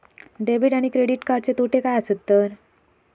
Debit आणि credit कार्डचे तोटे काय आसत तर?